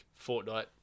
Fortnite